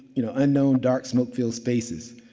you know, unknown dark smoke filled spaces.